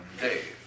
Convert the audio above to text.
Dave